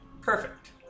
perfect